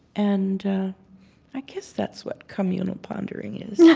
and i guess that's what communal pondering is yeah